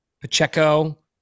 Pacheco